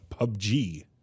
PUBG